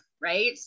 right